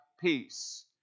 peace